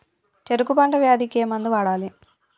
చెరుకు పంట వ్యాధి కి ఏ మందు వాడాలి?